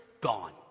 gone